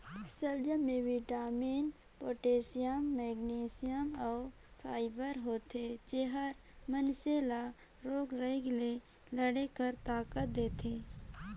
सलजम में vitamin, potassium, manganese अउ फाइबर होथे जेहर मइनसे ल रोग राई ले लड़े कर ताकत देथे